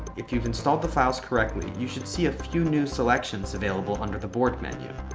if you've installed the files correctly, you should see a few new selections available under the board menu.